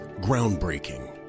Groundbreaking